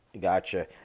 Gotcha